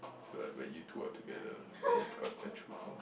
so are but you two are together then it becomes my true home